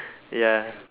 ya